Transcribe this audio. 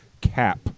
cap